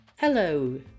Hello